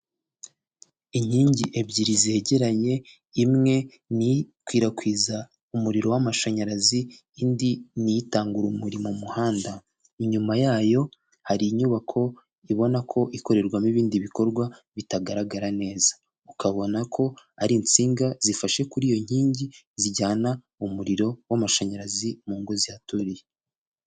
Inkingi ebyiri zegeranye, imwe ni ikwirakwiza umuriro w'amashanyarazi, indi ni itanga urumuri mu muhanda, inyuma yayo hari inyubako ubonako ikorerwamo ibindi bikorwa bitagaragara neza, ukabona ko ari insinga zifashe kuri iyo nkingi zijyana umuriro w'amashanyarazi mu ngo zihaturiye.